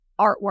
artwork